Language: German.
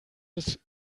des